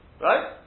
right